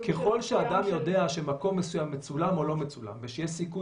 -- ככל שאדם יודע שמקום מסוים מצולם או לא מצולם ושיש סיכוי